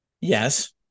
Yes